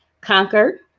conquered